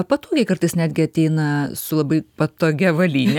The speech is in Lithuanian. patogiai kartais netgi ateina su labai patogia avalyne